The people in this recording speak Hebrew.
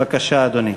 בבקשה, אדוני.